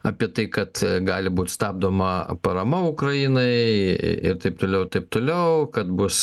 apie tai kad gali būt stabdoma parama ukrainai ir taip toliau taip toliau kad bus